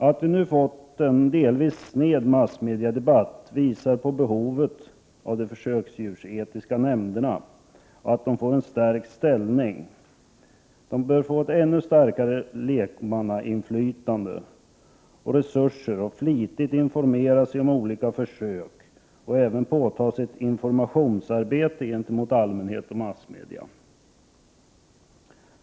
Att vi nu har fått en delvis sned massmediadebatt visar på behovet av de Prot. 1988/89:114 försöksdjursetiska nämnderna och att de bör få en stärkt ställning. De bör få 16 maj 1989 ett ännu starkare lekmannainflytande och mera resurser. Nämnderna bör flitigt informera sig om olika försök och även påta sig ett informationsarbete gentemot allmänhet och massmedia.